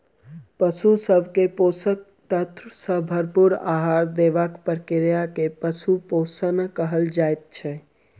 पशु सभ के पोषक तत्व सॅ भरपूर आहार देबाक प्रक्रिया के पशु पोषण कहल जाइत छै